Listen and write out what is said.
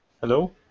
Hello